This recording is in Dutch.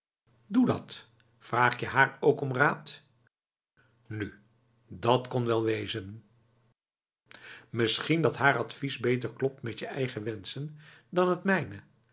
doe dat vraag je haar ook om raad nu dat kon wel wezenf misschien dat haar advies beter klopt met je eigen wensen dan het mijne